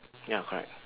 ya correct